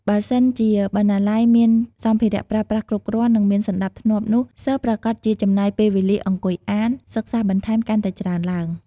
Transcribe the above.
បើសិនជាបណ្ណាល័យ មានសម្ភារៈប្រើប្រាស់គ្រប់គ្រាន់និងមានសណ្តាប់ធ្នាប់នោះសិស្សប្រាកដជាចំណាយពេលវេលាអង្គុយអាន សិក្សាបន្ថែមកាន់តែច្រើនទ្បើង។